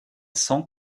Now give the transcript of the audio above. cents